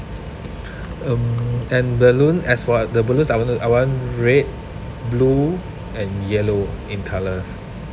um and balloon as for the balloons I want to I want red blue and yellow in colours